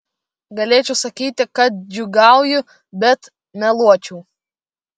galėčiau sakyti kad džiūgauju bet meluočiau